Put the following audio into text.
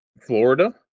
florida